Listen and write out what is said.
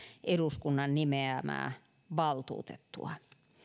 eduskunnan nimeämää valtuutettua